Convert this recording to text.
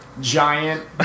giant